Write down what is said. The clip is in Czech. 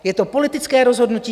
Je to politické rozhodnutí.